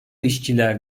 işçiler